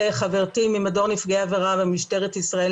חברתי ממדור נפגעי עבירה במשטרת ישראל,